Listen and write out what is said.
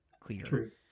clear